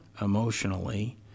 emotionally